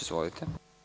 Izvolite.